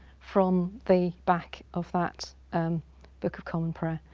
from the back of that book of common prayer.